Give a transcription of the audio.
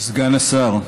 סגן השר,